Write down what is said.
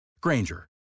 Granger